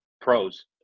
pros